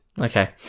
Okay